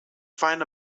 find